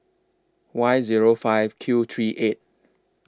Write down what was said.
Y Zero five Q three eight